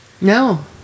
No